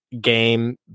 game